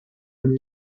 and